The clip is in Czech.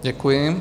Děkuji.